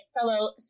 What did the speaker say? fellow